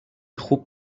خوب